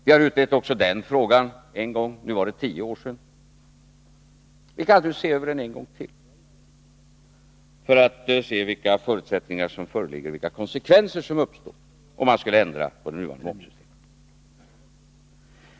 Vi utredde den här frågan för tio år sedan, och vi kan naturligtvis se över den än en gång för att klargöra vilka förutsättningar som föreligger och vilka konsekvenser som uppstår vid en ändring av den nuvarande momsen.